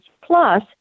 plus